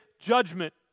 judgment